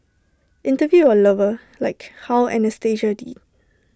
interview your lover like how Anastasia did